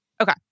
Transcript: Okay